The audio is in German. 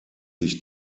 sich